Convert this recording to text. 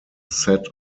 set